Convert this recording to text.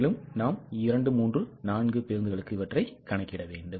மேலும் நாம் 2 3 4 பேருந்துகளுக்கு இவற்றை கணக்கிட வேண்டும்